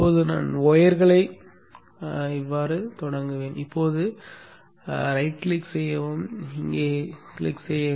இப்போது நான் ஒயர்களைப் போடத் தொடங்குவேன் இப்போது வலது கிளிக் செய்யவும் இங்கே கிளிக் செய்க